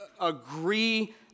agree